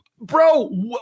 bro